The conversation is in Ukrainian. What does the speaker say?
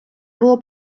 було